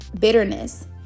bitterness